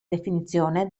definizione